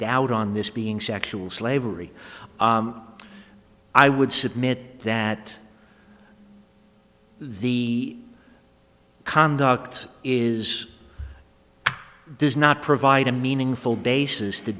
doubt on this being sexual slavery i would submit that the conduct is does not provide a meaningful basis to